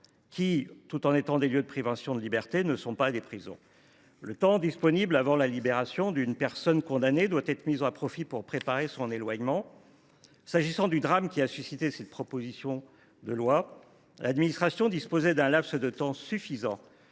qui, bien qu’étant des lieux de privation de liberté, ne sont pas des prisons. Le temps disponible avant la libération d’une personne condamnée doit être mis à profit pour préparer son éloignement. Pour en revenir au drame qui a inspiré cette proposition de loi, l’administration disposait d’un laps de temps suffisant